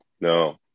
No